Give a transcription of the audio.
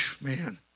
man